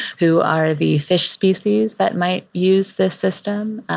who are the fish species that might use this system.